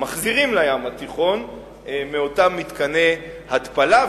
מחזירים לים התיכון מאותם מתקני התפלה.